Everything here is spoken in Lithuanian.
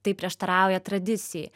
tai prieštarauja tradicijai